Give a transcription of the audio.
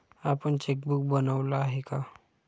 आपण चेकबुक बनवलं आहे का?